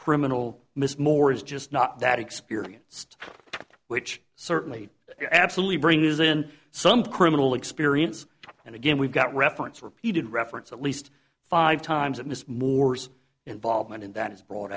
criminal miss moore is just not that experienced which certainly absolutely bring his in some criminal experience and again we've got reference repeated reference at least five times in this moore's involvement in that is brought